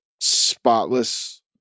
spotless